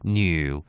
new